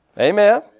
Amen